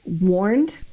warned